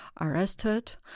arrested